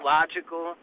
Logical